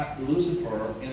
Lucifer